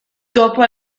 dopo